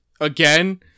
Again